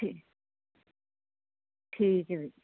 ਠੀਕ ਹੈ ਵੀਰ ਜੀ